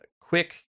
quick